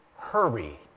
Hurry